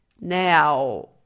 Now